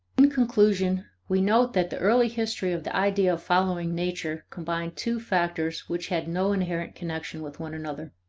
in conclusion, we note that the early history of the idea of following nature combined two factors which had no inherent connection with one another.